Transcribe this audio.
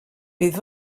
bydd